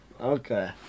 Okay